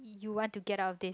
you want to get out this